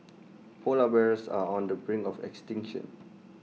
Polar Bears are on the brink of extinction